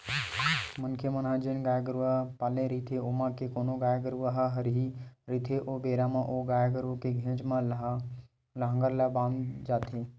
मनखे मन ह जेन गाय गरुवा पाले रहिथे ओमा के कोनो गाय गरुवा ह हरही रहिथे ओ बेरा म ओ गाय गरु के घेंच म लांहगर ला बांधे जाथे